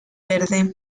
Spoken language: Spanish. verde